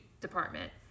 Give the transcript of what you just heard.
department